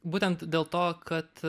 būtent dėl to kad